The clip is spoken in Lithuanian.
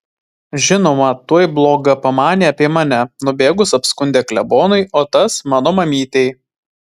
žinoma tuoj bloga pamanė apie mane nubėgus apskundė klebonui o tas mano mamytei